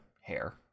hair